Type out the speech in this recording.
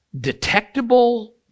detectable